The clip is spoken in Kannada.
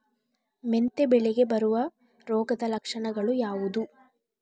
ಮೆಂತೆ ಬೆಳೆಗೆ ಬರುವ ರೋಗದ ಲಕ್ಷಣಗಳು ಯಾವುದು?